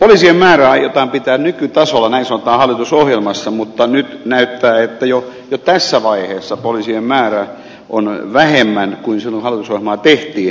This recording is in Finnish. poliisien määrä aiotaan pitää nykytasolla näin sanotaan hallitusohjelmassa mutta nyt näyttää että jo tässä vaiheessa poliisien määrä on vähemmän kuin silloin kun hallitusohjelmaa tehtiin